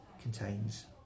contains